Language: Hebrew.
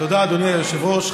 תודה, אדוני היושב-ראש.